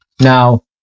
now